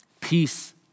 Peace